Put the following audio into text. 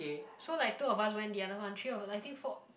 so like two of us went the other one three of I think four